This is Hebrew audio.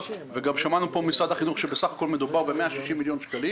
שמענו פה ממשרד החינוך שבסך הכול מדובר ב-160 מיליון שקלים